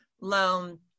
loan